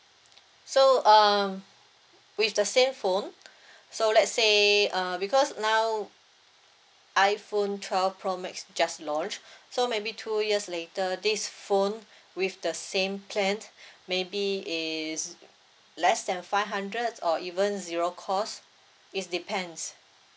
so uh with the same phone so let's say uh because now iphone twelve pro max just launch so maybe two years later this phone with the same plan maybe is less than five hundred or even zero cost it's depends